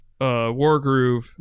Wargroove